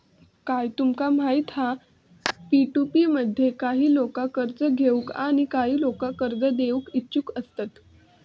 काय तुमका माहित हा पी.टू.पी मध्ये काही लोका कर्ज घेऊक आणि काही लोका कर्ज देऊक इच्छुक असतत